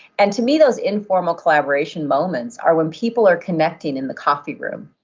and to me, those informal collaboration moments are when people are connecting in the coffee room.